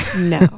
no